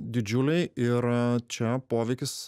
didžiuliai ir čia poveikis